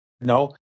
no